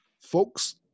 Folks